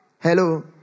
Hello